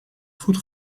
goed